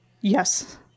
Yes